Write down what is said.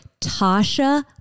Tasha